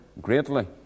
greatly